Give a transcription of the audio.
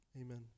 Amen